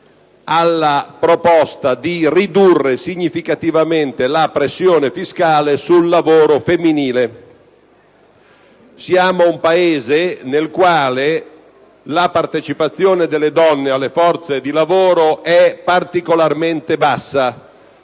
alla proposta di ridurre significativamente la pressione fiscale sul lavoro femminile. Siamo un Paese nel quale la partecipazione delle donne alle forze di lavoro è particolarmente bassa.